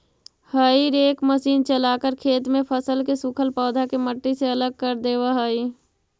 हेई rake machine चलाकर खेत में फसल के सूखल पौधा के मट्टी से अलग कर देवऽ हई